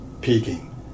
peaking